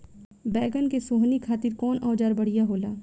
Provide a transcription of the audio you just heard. बैगन के सोहनी खातिर कौन औजार बढ़िया होला?